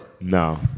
No